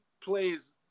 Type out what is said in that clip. plays